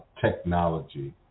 technology